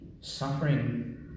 suffering